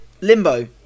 Limbo